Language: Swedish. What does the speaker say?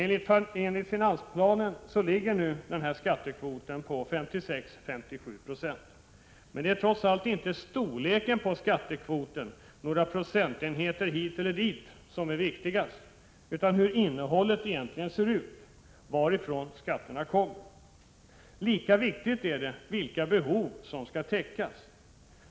Enligt finansplanen ligger nu skattekvoten på 56-57 96. Men det är trots allt inte storleken på skattekvoten eller förändringar i den några procent hit eller dit som är viktigast, utan hur innehållet ser ut, varifrån skatterna kommer. Lika viktig är frågan vilka behov som skall täckas.